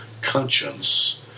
conscience